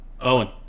Owen